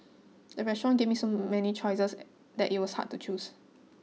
the restaurant gave me so many choices that it was hard to choose